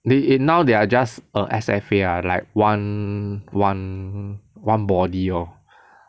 they now they are just err S_F_A lah like one one one body lor